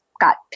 got